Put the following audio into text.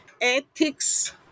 ethics